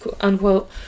unquote